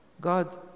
god